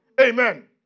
Amen